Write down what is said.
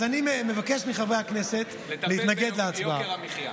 אז אני מבקש מחברי הכנסת, לטפל ביוקר המחיה.